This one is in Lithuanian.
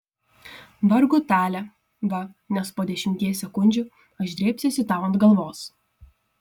vargu tale va nes po dešimties sekundžių aš drėbsiuosi tau ant galvos